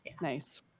Nice